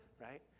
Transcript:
right